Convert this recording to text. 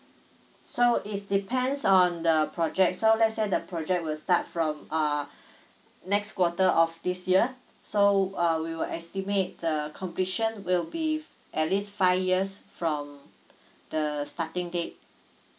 so it's depends on the project so let's say the project will start from uh next quarter of this year so uh we will estimate the completion will be at least five years from the starting date